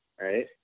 right